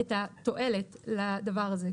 את התועלת לדבר הזה.